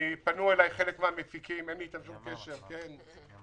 פנו אליי חלק מהמפיקים אין לי איתם שום קשר, כן?